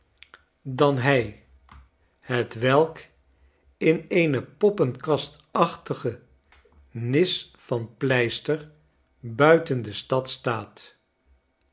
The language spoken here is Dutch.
dan hij hetwelk in eene poppenkastaige nis van pleister buiten de stad staat